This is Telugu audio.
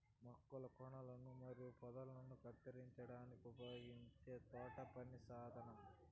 మొక్కల కొనలను మరియు పొదలను కత్తిరించడానికి ఉపయోగించే తోటపని సాధనం